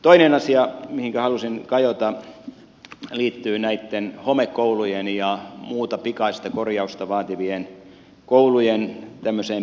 toinen asia mihinkä halusin kajota liittyy näitten homekoulujen ja muuta pikaista korjausta vaativien koulujen pikaremonttiin